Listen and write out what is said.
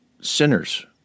sinners